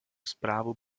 zprávu